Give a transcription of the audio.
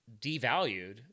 devalued